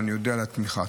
ואודה על תמיכה.